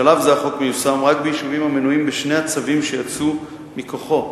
בשלב זה החוק מיושם רק ביישובים המנויים בשני הצווים שיצאו מכוחו,